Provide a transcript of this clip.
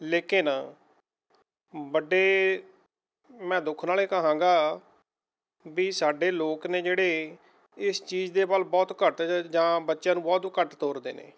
ਲੇਕਿਨ ਵੱਡੇ ਮੈਂ ਦੁੱਖ ਨਾਲ਼ ਇਹ ਕਹਾਂਗਾ ਵੀ ਸਾਡੇ ਲੋਕ ਨੇ ਜਿਹੜੇ ਇਸ ਚੀਜ਼ ਦੇ ਵੱਲ ਬਹੁਤ ਘੱਟ ਜਾਂ ਬੱਚਿਆਂ ਨੂੰ ਬਹੁਤ ਘੱਟ ਤੋਰਦੇ ਨੇ